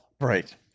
Right